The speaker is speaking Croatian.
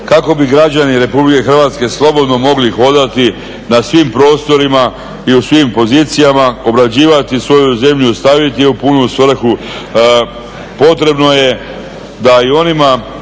kako bi građani RH slobodno mogli hodati na svim prostorima i u svim pozicijama, obrađivati svoju zemlju i staviti je u punu svrhu potrebno je da i onima